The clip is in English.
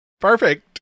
Perfect